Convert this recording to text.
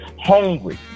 hungry